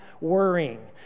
worrying